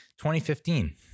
2015